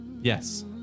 Yes